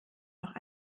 noch